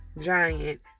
Giant